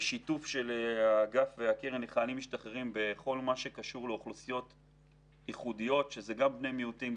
בשיתוף האגף והקרן לחיילים משוחררים לאוכלוסיות ייחודיות: בני מיעוטים,